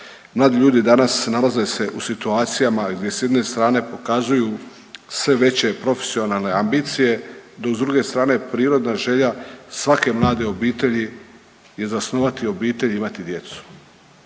mladi ljudi danas nalaze se u situacijama gdje s jedne strane pokazuju sve veće profesionalne ambicije, dok s druge strane prirodna želja svake mlade obitelji je zasnovati obitelj i imati djecu.